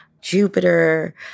Jupiter